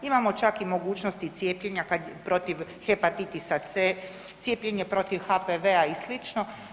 Imamo čak i mogućnost i cijepljenja protiv Hepatitisa C, cijepljenje protiv HPV-a i sl.